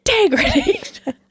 Integrity